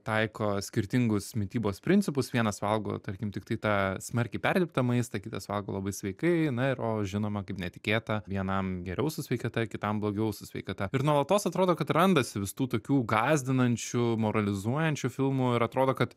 taiko skirtingus mitybos principus vienas valgo tarkim tiktai tą smarkiai perdirbtą maistą kitas valgo labai sveikai na ir o žinoma kaip netikėta vienam geriau su sveikata kitam blogiau su sveikata ir nuolatos atrodo kad randasi vis tų tokių gąsdinančių moralizuojančių filmų ir atrodo kad